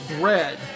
bread